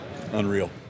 Unreal